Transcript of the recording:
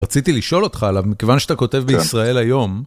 רציתי לשאול אותך עליו, מכיוון שאתה כותב בישראל היום.